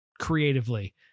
creatively